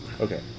Okay